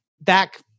back